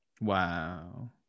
Wow